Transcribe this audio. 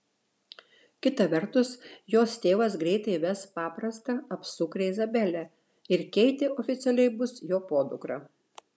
kita vertus jos tėvas greitai ves paprastą apsukrią izabelę ir keitė oficialiai bus jo podukra